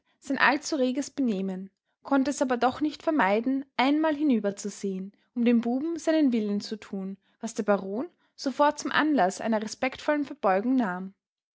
sein allzu reges benehmen konnte es aber doch nicht vermeiden einmal hinüberzusehen um dem buben seinen willen zu tun was der baron sofort zum anlaß einer respektvollen verbeugung nahm